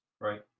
Right